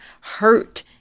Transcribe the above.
hurt